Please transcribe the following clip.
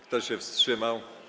Kto się wstrzymał?